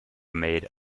made